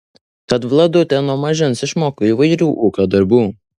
tad vladutė nuo mažens išmoko įvairių ūkio darbų